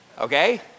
Okay